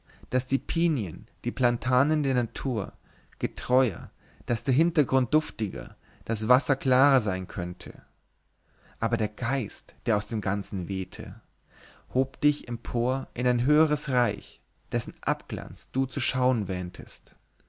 daß die pinien die platanen der natur getreuer daß der hintergrund duftiger das wasser klarer sein könnte aber der geist der aus dem ganzen wehte hob dich empor in ein höheres reich dessen abglanz du zu schauen wähntest